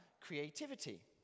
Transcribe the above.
creativity